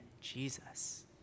Jesus